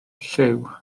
lliw